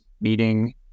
meeting